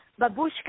Babushka